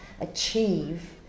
achieve